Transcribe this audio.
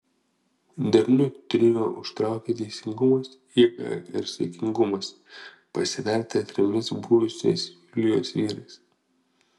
darniu trio užtraukė teisingumas jėga ir saikingumas pasivertę trimis buvusiais julijos vyrais